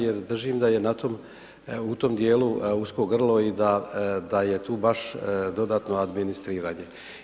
Jer držim da je u tom dijelu usko grlo i da je tu baš dodatno administriranje.